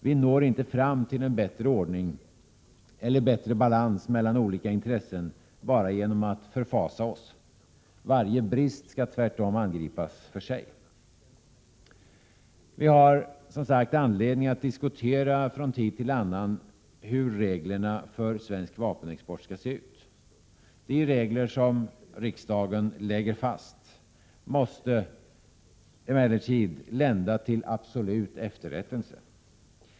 Vi når inte fram till en bättre ordning — eller bättre balans mellan olika intressen — bara genom att förfasa oss. Varje brist skall tvärtom angripas för sig. Vi har som sagt anledning att från tid till annan diskutera hur reglerna för svensk vapenexport skall se ut. De regler som riksdagen lägger fast måste emellertid lända till absolut efterrättelse.